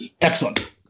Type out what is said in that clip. Excellent